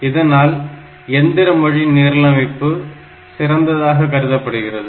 இதனால் எந்திர மொழி நிரலமைப்பு சிறந்ததாக கருதப்படுகிறது